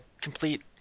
complete